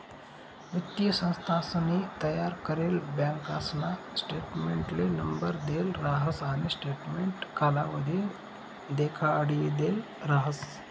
वित्तीय संस्थानसनी तयार करेल बँकासना स्टेटमेंटले नंबर देल राहस आणि स्टेटमेंट कालावधी देखाडिदेल राहस